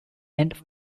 and